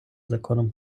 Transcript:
законом